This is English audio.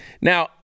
Now